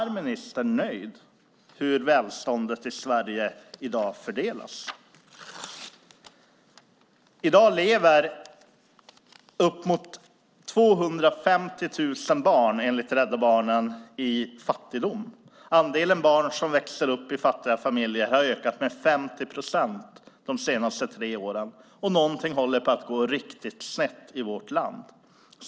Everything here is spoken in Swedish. Är ministern nöjd med hur välståndet fördelas i Sverige i dag? Enligt Rädda Barnen lever i dag upp emot 250 000 barn i fattigdom. Andelen barn som växer upp i fattiga familjer har ökat med 50 procent de senaste tre åren. Någonting håller på att gå riktigt snett i vårt land.